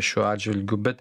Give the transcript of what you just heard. šiuo atžvilgiu bet